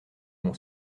mon